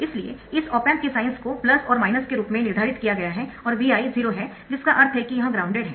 इसलिए इस op amp के साइन्स को और के रूप में निर्धारित किया गया है और Vi 0 है जिसका अर्थ है कि यह ग्राउंडेड है